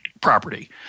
property